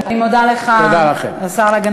תודה לכם.